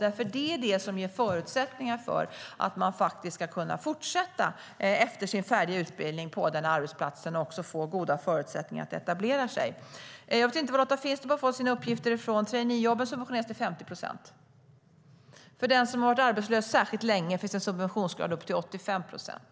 Det är det som ger förutsättningar för att man ska kunna fortsätta efter sin färdiga utbildning på den arbetsplatsen och också få goda förutsättningar att etablera sig. Jag vet inte var Lotta Finstorp har fått sina uppgifter ifrån. Traineejobben subventioneras till 50 procent. För den som har varit arbetslös särskilt länge finns en subventionsgrad upp till 85 procent.